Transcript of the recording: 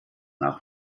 nach